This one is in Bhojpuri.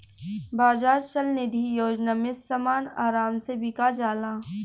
बाजार चल निधी योजना में समान आराम से बिका जाला